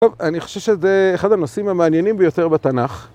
‫טוב, אני חושב שזה אחד הנושאים ‫המעניינים ביותר בתנ״ך.